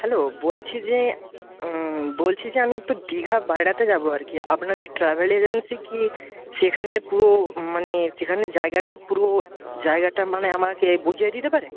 hello বলছি যে বলছি যে আমি একটু দীঘা বেড়াতে যাব আর কি আপনার ট্র্যাভেল এজেন্সি কি সেখানের পুরো মানে সেখানে জায়গাটার পুরো জায়গাটা মানে আমাকে বুঝিয়ে দিতে পারে